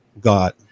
God